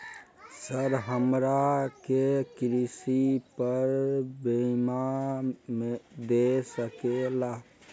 Sir हमरा के कृषि पर बीमा दे सके ला?